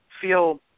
feel